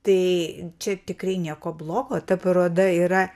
tai čia tikrai nieko blogo ta paroda yra